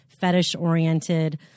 fetish-oriented